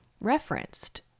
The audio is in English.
referenced